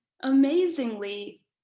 amazingly